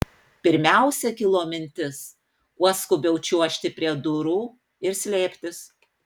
pirmiausia kilo mintis kuo skubiau čiuožti prie durų ir slėptis